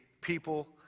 people